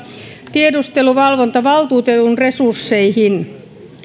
tiedusteluvalvontavaltuutetun resursseihin